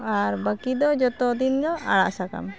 ᱟᱨ ᱵᱟᱹᱠᱤᱫᱚ ᱡᱚᱛᱚᱫᱤᱱᱫᱚ ᱟᱲᱟᱜᱼᱥᱟᱠᱟᱢ